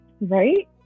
Right